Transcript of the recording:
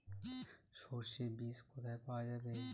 সর্ষে বিজ কোথায় পাওয়া যাবে?